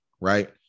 right